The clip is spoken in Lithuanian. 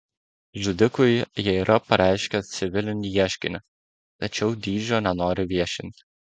žudikui jie yra pareiškę civilinį ieškinį tačiau dydžio nenori viešinti